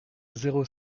zéro